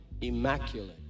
immaculate